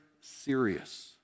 serious